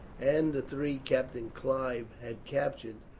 and the three captain clive had captured,